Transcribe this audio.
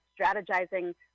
strategizing